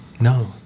No